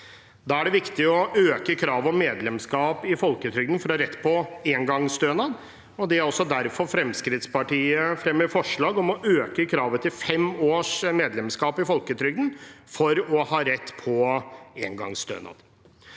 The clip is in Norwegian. Da er det viktig å øke kravet om medlemskap i folketrygden for å ha rett på engangsstønad, og det er også derfor Fremskrittspartiet fremmer forslag om å øke kravet til fem års medlemskap i folketrygden for å ha rett på engangsstønad.